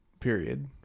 period